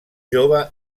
jove